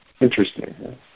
Interesting